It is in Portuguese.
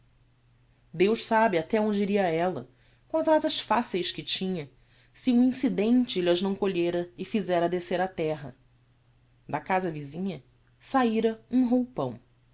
deus sabe até onde iria ella com as azas faceis que tinha se um incidente lh'as não colhera e fizera descer á terra da casa visinha saíra um roupão